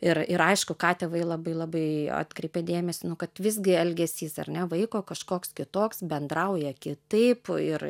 ir ir aišku ką tėvai labai labai atkreipia dėmesį nu kad visgi elgesys ar ne vaiko kažkoks kitoks bendrauja kitaip ir